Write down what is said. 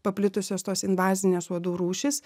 paplitusios tos invazinės uodų rūšys